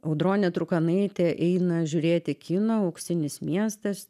audronė trukanaitė eina žiūrėti kiną auksinis miestas